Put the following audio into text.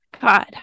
God